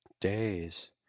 days